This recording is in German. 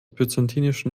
byzantinischen